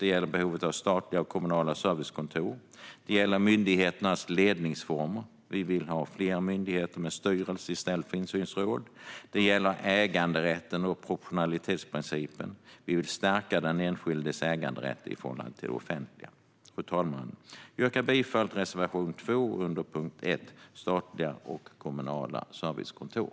Det gäller behovet av statliga och kommunala servicekontor. Det gäller myndigheternas ledningsformer. Vi vill ha fler myndigheter med styrelse i stället för insynsråd. Det gäller äganderätten och proportionalitetsprincipen. Vi vill stärka den enskildes äganderätt i förhållande till det offentliga. Fru talman! Jag yrkar bifall till reservation 2 under punkt 1, Statliga och kommunala servicekontor.